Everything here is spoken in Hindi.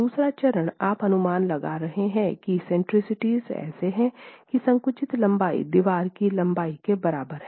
दूसरा चरण आप अनुमान लगा रहे हैं कि एक्सेंट्रिसिटीज़ ऐसे हैं कि संकुचित लंबाई दीवार की लंबाई के बराबर है